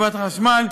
חברת החשמל,